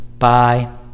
Bye